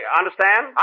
understand